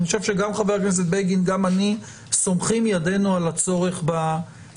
אני חושב שגם חבר הכנסת בגין גם אני סומכים ידינו על הצורך בחקיקה.